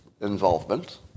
involvement